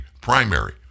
primary